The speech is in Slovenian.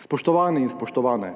Spoštovani in spoštovane,